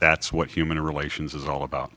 that's what human relations is all about